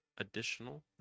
Additional